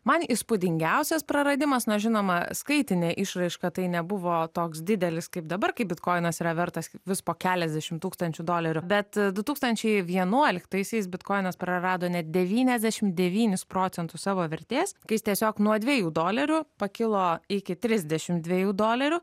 man įspūdingiausias praradimas na žinoma skaitine išraiška tai nebuvo toks didelis kaip dabar kai bitkoinas yra vertas vis po keliasdešimt tūkstančių dolerių bet du tūkstančiai vienuoliktaisiais bitkoinas prarado net devyniasdešimt devynis procentus savo vertės kai tiesiog nuo dviejų dolerių pakilo iki trisdešimt dviejų dolerių